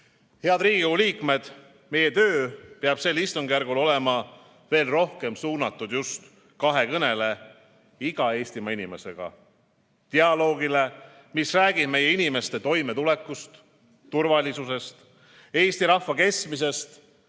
Riigikogu liikmed! Meie töö peab sel istungjärgul olema veel rohkem suunatud just kahekõnele iga Eestimaa inimesega. Dialoogile, mis räägib meie inimeste toimetulekust, turvalisusest, Eesti rahva kestmisest,